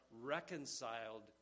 reconciled